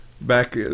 Back